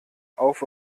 auf